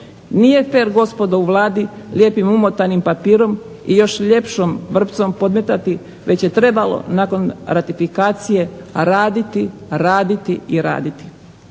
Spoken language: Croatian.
Nije fer gospodo u Vladi lijepim umotanim papirom i još ljepšom vrpcom podmetati već je trebalo nakon ratifikacije raditi, raditi i raditi.